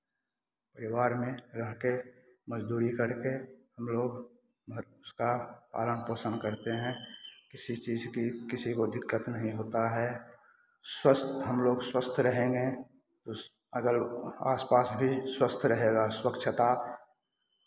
परिवार में रह के मज़दूरी कर के हम लोग उसका पालन पोषन करते हैं किसी चीज़ की किसी को दिक्कत नहीं होता है स्वस्थ हम लोग स्वस्थ रहेंगे तो अगल आसपास भी स्वस्थ रहेगा स्वच्छता